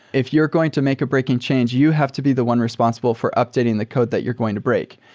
if you're going to make a breaking change, you have to be the one responsible for updating the code that you're going to break.